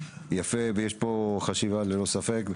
יפה ויש פה חשיבה ללא ספק.